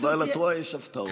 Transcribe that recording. אבל את רואה, יש הפתעות.